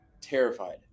terrified